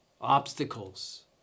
obstacles